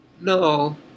No